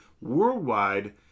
Worldwide